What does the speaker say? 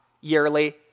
yearly